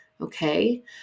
okay